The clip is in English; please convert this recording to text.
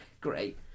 Great